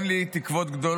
שגם ממך אין לי תקוות גדולות,